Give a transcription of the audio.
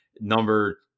number –